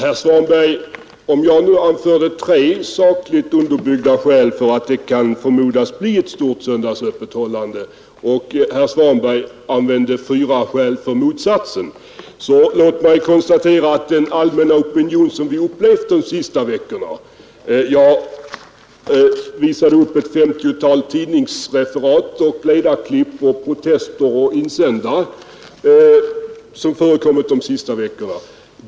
Fru talman! Om jag anförde tre sakligt underbyggda skäl för att det kan förmodas bli ett omfattande söndagsöppethållande och herr Svanberg anförde fyra skäl för motsatsen, så vill jag ytterligare hänvisa till den allmänna opinion som vi upplevt de senaste veckorna. Jag visade upp ett femtiotal tidningsreferat, ledarklipp, protester och insändare som förekommit de senaste veckorna.